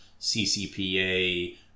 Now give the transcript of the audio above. CCPA